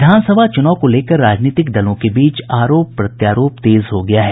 विधानसभा चुनाव को लेकर राजनीतिक दलों के बीच आरोप प्रत्यारोप तेज हो गया है